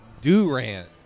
Durant